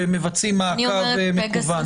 שמבצעים מעקב מקוון.